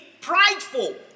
prideful